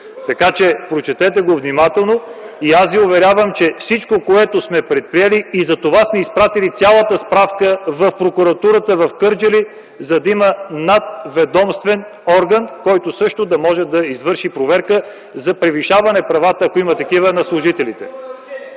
ЦВЕТАНОВ: Прочетете го внимателно и аз Ви уверявам, че всичко, което сме предприели и затова сме изпратили цялата справка в прокуратурата в Кърджали, за да има надведомствен орган, който също да може да извърши проверка за превишаване правата на служителите,